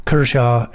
Kershaw